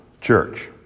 church